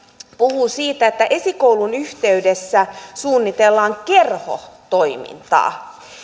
puhuu siitä että esikoulun yhteyteen suunnitellaan kerhotoimintaa